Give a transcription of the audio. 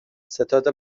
ستاد